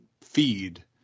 feed